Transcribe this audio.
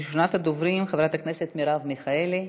ראשונת הדוברים, חברת הכנסת מרב מיכאלי.